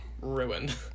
ruined